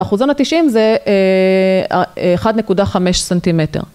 אחוזון ה-90 זה 1.5 סנטימטר.